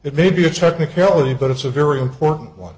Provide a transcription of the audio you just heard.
it may be a technicality but it's a very important one